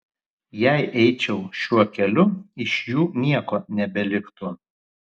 jei eičiau šiuo keliu iš jų nieko nebeliktų